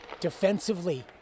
defensively